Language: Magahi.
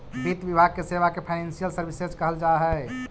वित्त विभाग के सेवा के फाइनेंशियल सर्विसेज कहल जा हई